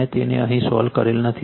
મેં તેને અહીં સોલ્વ કરેલ નથી